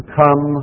come